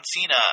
Cena